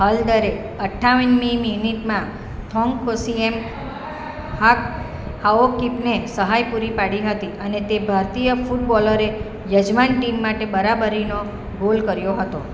હલદરે અઠ્ઠાવનમી મિનિટમાં થોંગખોસિએમ હાઓકિપને સહાય પૂરી પાડી હતી અને તે ભારતીય ફૂટબોલરે યજમાન ટીમ માટે બરાબરીનો ગોલ કર્યો હતો